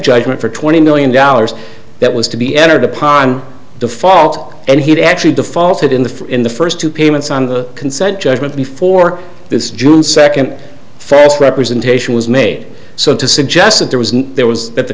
judgment for twenty million alice that was to be entered upon default and he'd actually defaulted in the in the first two payments on the consent judgment before this june second first representation was made so to suggest that there was no there was that the